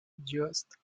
just